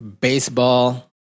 baseball